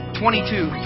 twenty-two